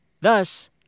Thus